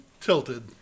tilted